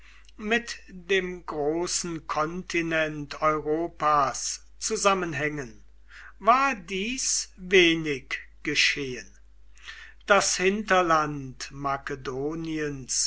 mit dem großen kontinent europas zusammenhängen war dies wenig geschehen das hinterland makedoniens